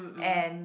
and